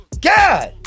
god